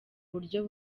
buryo